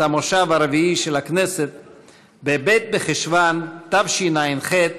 את המושב הרביעי של הכנסת בב' בחשוון תשע"ח,